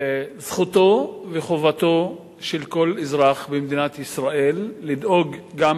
זכותו וחובתו של כל אזרח במדינת ישראל לדאוג גם